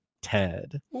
Ted